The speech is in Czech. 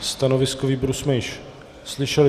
Stanovisko výboru jsme již slyšeli.